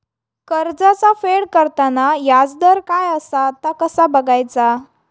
कर्जाचा फेड करताना याजदर काय असा ता कसा बगायचा?